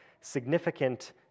significant